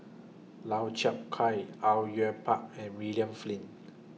Lau Chiap Khai Au Yue Pak and William Flint